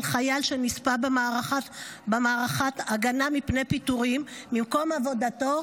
חייל שנספה במערכה הגנה מפני פיטורין ממקום עבודתו,